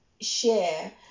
share